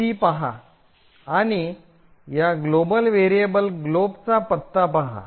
c पहा आणि या ग्लोबल व्हेरिएबल ग्लोबचा पत्ता पहा